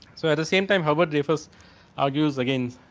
so, at the same time herbert refers argues against.